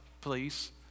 please